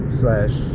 slash